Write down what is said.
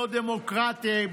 לא דמוקרטיים,